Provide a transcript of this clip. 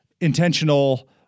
intentional